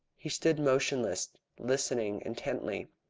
he stood motionless, listening intently.